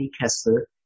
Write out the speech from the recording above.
Kessler